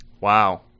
Wow